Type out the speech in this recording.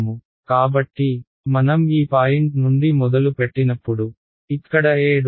కాబట్టి మనం ఈ పాయింట్ నుండి మొదలు పెట్టినప్పుడు ఇక్కడ E